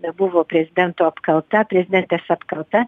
nebuvo prezidento apkalta prezidentės apkalta